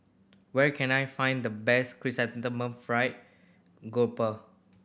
where can I find the best Chrysanthemum Fried Grouper